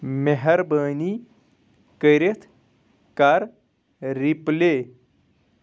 مہربٲنی کٔرِتھ کَر رِپُلے